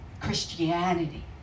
Christianity